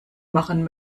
machen